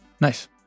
nice